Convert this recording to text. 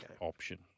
option